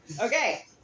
Okay